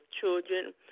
children